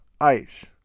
ice